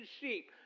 sheep